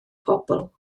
bobl